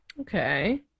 Okay